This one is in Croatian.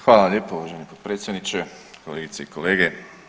Hvala lijepo uvaženi potpredsjedniče, kolegice i kolege.